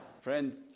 friend